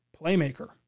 playmaker